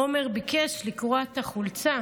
עומר ביקש לקרוע את החולצה